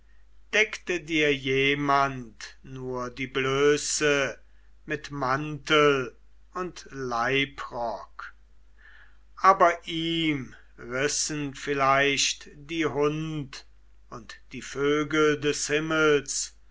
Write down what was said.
deckte dir jemand nur die blöße mit mantel und leibrock aber ihm rissen vielleicht die hund und die vögel des himmels